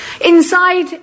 Inside